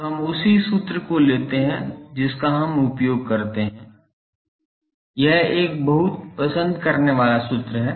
तो हम उसी सूत्र को लेते हैं जिसका हम उपयोग करते हैं यह एक बहुत पसंद करने वाला सूत्र है